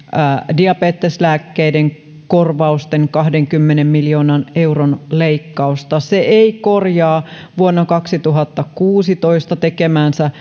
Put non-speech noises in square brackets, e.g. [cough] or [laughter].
diabeteslääkkeiden korvausten kahdenkymmenen miljoonan euron leikkausta se ei korjaa vuonna kaksituhattakuusitoista tekemäänsä [unintelligible]